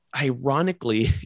ironically